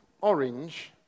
orange